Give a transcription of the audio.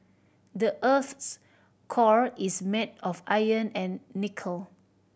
the earth's core is made of iron and nickel